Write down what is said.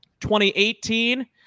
2018